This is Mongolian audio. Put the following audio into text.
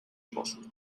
болно